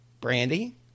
Brandy